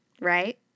Right